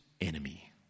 enemy